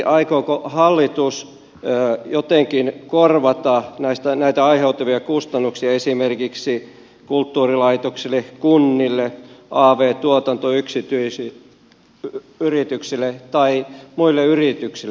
aikooko hallitus jotenkin korvata näitä aiheutuvia kustannuksia esimerkiksi kulttuurilaitoksille kunnille av tuotantoyrityksille tai muille yrityksille